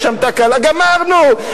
יש שם תקלה" גמרנו.